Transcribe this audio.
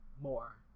more